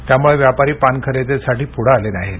त्यामुळे व्यापारी पान खरेदीसाठी पुढे आले नाहीत